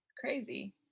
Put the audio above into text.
Crazy